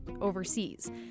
overseas